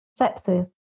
sepsis